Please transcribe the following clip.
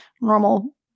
normal –